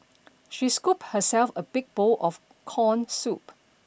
she scooped herself a big bowl of corn soup